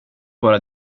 bara